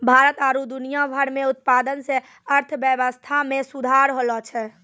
भारत आरु दुनिया भर मे उत्पादन से अर्थव्यबस्था मे सुधार होलो छै